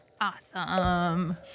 Awesome